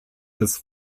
des